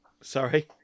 Sorry